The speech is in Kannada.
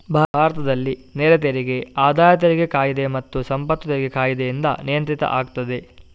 ಭಾರತದಲ್ಲಿ ನೇರ ತೆರಿಗೆ ಆದಾಯ ತೆರಿಗೆ ಕಾಯಿದೆ ಮತ್ತೆ ಸಂಪತ್ತು ತೆರಿಗೆ ಕಾಯಿದೆಯಿಂದ ನಿಯಂತ್ರಿತ ಆಗ್ತದೆ